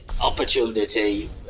opportunity